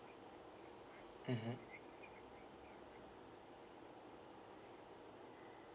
mmhmm